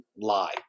lie